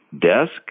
desk